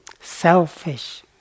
selfish